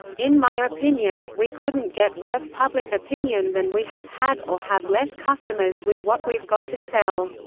in my opinion, we couldn't get worse public opinion than we have had or have less customers with what we've got to sell.